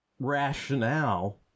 rationale